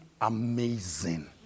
amazing